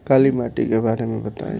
काला माटी के बारे में बताई?